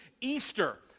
Easter